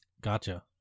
Gotcha